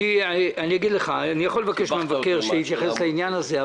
אני יכול לבקש מהמבקר שיתייחס לעניין הזה,